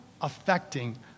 affecting